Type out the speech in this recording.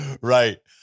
Right